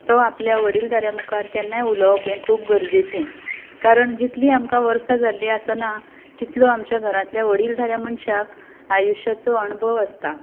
तो आपल्या वडील धाऱ्यां मुखार केन्नाय उलोवप हें खूब गरजेचें कारण जितलीं आमकां वर्सां जाल्ली आसना तितलो आमच्या घरांतल्या वडील धाऱ्या मनशाक आयुश्याचो अणभव आसता